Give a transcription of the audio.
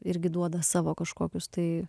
irgi duoda savo kažkokius tai